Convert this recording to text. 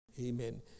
Amen